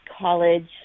college